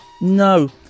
No